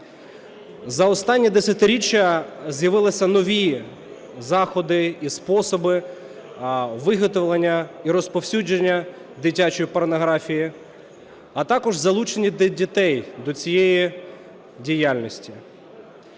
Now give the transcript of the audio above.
За останні десятиріччя з'явилися нові заходи і способи виготовлення і розповсюдження дитячої порнографії, а також залучення дітей до цієї діяльності.